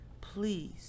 please